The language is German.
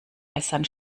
messern